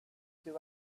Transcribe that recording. two